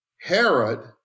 Herod